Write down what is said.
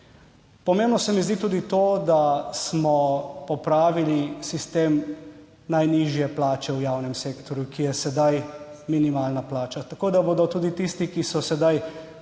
Pomembno se mi zdi tudi to, da smo popravili sistem najnižje plače v javnem sektorju, ki je sedaj minimalna plača, tako da bodo tudi tisti, ki so sedaj